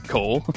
Cole